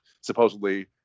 supposedly